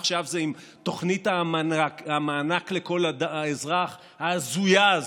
עכשיו זה עם תוכנית המענק לכל אזרח ההזויה הזאת,